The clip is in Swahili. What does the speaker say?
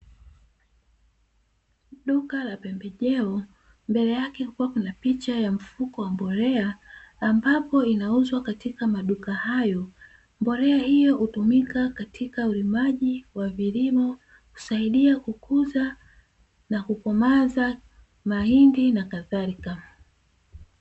Duka la pembejeo mbele yake kuwa kuna picha ya mfuko wa mbolea ambapo inauzwa katika maduka hayo ,mbolea hiyo hutumika katika ulimbaji wa vilima kusaidia kukuza na kukomaaza mahindi na kadhalika.